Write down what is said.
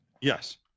Yes